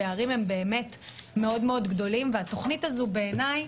הפערים הם באמת מאוד-מאוד גדולים והתוכנית הזו בעיניי